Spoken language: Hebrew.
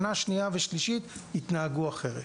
שנה שנייה ושלישית התנהגו אחרת.